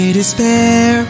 despair